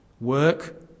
Work